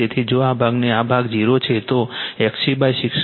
તેથી જો આ ભાગનો આ ભાગ 0 છે તો XC69